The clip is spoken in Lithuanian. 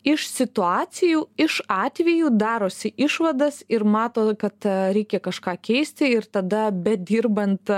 iš situacijų iš atvejų darosi išvadas ir mato kad reikia kažką keisti ir tada bedirbant